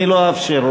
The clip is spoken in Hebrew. אני לא אאפשר לו.